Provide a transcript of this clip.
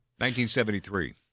1973